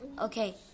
Okay